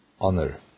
honor